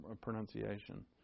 pronunciation